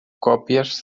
còpies